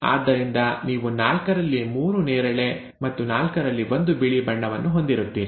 ಆದ್ದರಿಂದ ನೀವು ನಾಲ್ಕರಲ್ಲಿ ಮೂರು ನೇರಳೆ ಮತ್ತು ನಾಲ್ಕರಲ್ಲಿ ಒಂದು ಬಿಳಿ ಬಣ್ಣದ್ದನ್ನು ಹೊಂದಿರುತ್ತೀರಿ